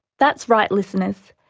that's right listeners,